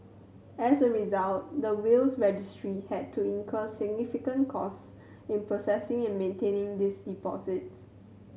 as a result the Wills Registry had to incur significant cost in processing and maintaining these deposits